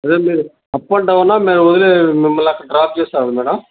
అదే మీరు up and డౌనా మేం వదిలే మిమ్మల్ని అక్కడ డ్రాప్ చేసి రావాలా మేడం